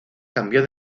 cambió